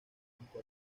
junto